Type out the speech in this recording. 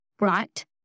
right